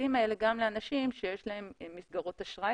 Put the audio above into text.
הכרטיסים האלה גם לאנשים שיש להם מסגרות אשראי